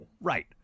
right